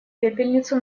пепельницу